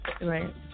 Right